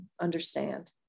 understand